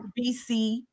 bc